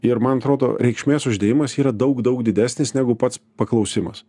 ir man atrodo reikšmės uždėjimas yra daug daug didesnis negu pats paklausimas